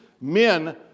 men